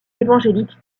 évangélique